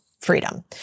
freedom